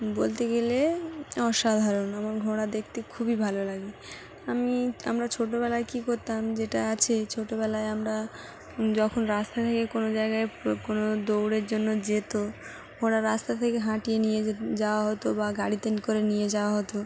বলতে গেলে অসাধারণ আমার ঘোড়া দেখতে খুবই ভালো লাগে আমি আমরা ছোটোবেলায় কী করতাম যেটা আছে ছোটোবেলায় আমরা যখন রাস্তা থেকে কোনো জায়গায় কোনো দৌড়ের জন্য যেত ঘোড়রা রাস্তা থেকে হাঁটিয়ে নিয়ে যাওয়া হতো বা গাড়িতে করে নিয়ে যাওয়া হতো